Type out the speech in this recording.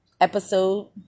episode